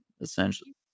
essentially